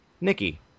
Nikki